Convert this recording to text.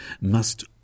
Must